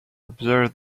observe